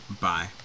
Bye